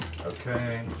Okay